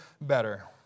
better